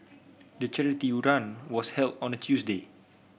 the charity run was held on a Tuesday